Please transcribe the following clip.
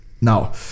now